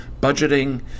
budgeting